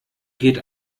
geht